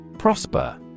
prosper